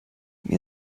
mir